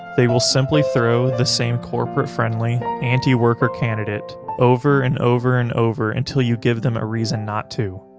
they will simply throw the same corporate friendly, anti-worker candidate over and over, and over, until you give them a reason not to.